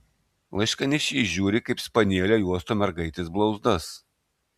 laiškanešys žiūri kaip spanieliai uosto mergaitės blauzdas